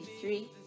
Three